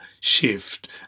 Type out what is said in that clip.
shift